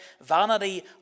Vanity